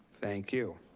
thank you.